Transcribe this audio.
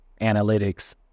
analytics